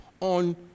on